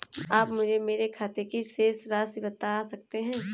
आप मुझे मेरे खाते की शेष राशि बता सकते हैं?